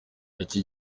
iki